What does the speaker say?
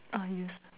ah yes